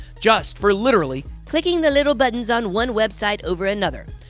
just for literally clicking the little buttons on one website over another.